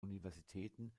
universitäten